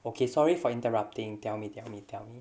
okay sorry for interrupting tell me tell me tell me